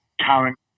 current